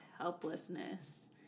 helplessness